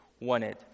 wanted